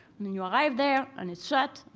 and then you arrive there, and it's shut.